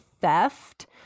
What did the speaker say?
theft